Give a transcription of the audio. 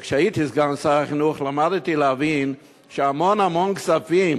כשהייתי סגן שר החינוך למדתי להבין שהמון המון כספים